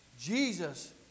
Jesus